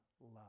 love